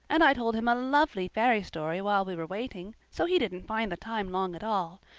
and i told him a lovely fairy story while we were waiting, so he didn't find the time long at all.